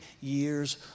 years